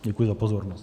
Děkuji za pozornost.